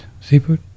Seafood